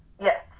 Yes